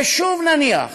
ושוב, נניח